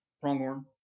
pronghorn